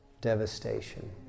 devastation